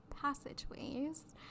passageways